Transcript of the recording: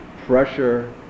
pressure